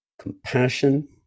compassion